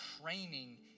training